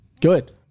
good